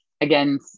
again